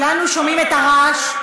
כולנו שומעים את הרעש.